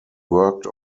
worked